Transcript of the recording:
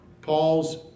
Paul's